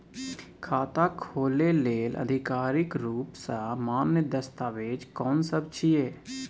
खाता खोले लेल आधिकारिक रूप स मान्य दस्तावेज कोन सब छिए?